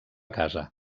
casa